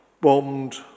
bombed